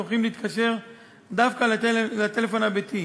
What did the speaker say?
טורחים להתקשר דווקא לטלפון הביתי,